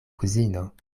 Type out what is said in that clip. kuzino